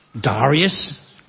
Darius